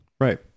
Right